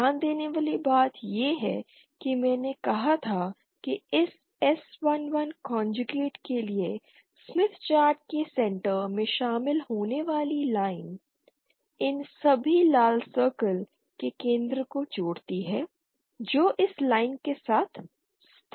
ध्यान देने वाली बात यह है कि मैंने कहा था कि इस S11 कंजुगेट के लिए स्मिथ चार्ट के सेंटर में शामिल होने वाली लाइन इन सभी लाल सर्कल के केंद्र को जोड़ती है जो इस लाइन के साथ स्थित होगी